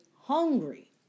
hungry